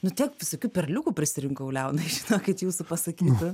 nu tiek visokių perliukų prisirinkau leonai žinokit jūsų pasakytų